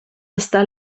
està